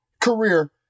career